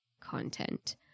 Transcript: content